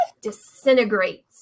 disintegrates